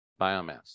biomass